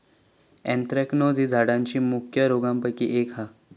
anthracnose ही झाडांच्या मुख्य रोगांपैकी एक हा